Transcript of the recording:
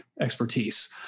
expertise